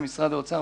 משרד האוצר,